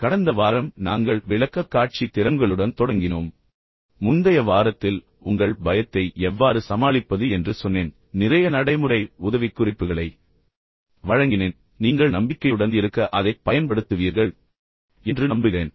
எனவே கடந்த வாரம் நாங்கள் விளக்கக்காட்சி திறன்களுடன் தொடங்கினோம் முந்தைய வாரத்தில் உங்கள் பயத்தை எவ்வாறு சமாளிப்பது என்று நான் உங்களுக்குச் சொன்னேன் உங்களுக்கு நிறைய நடைமுறை உதவிக்குறிப்புகளை வழங்கினேன் இப்போது நீங்கள் நம்பிக்கையுடன் இருக்க அதைப் பயன்படுத்துவீர்கள் என்று நம்புகிறேன்